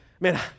man